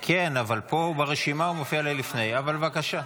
כן, אבל פה הוא מופיע לי לפני ברשימה, אבל בבקשה,